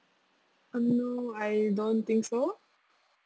um no I don't think so